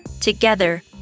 Together